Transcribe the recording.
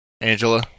Angela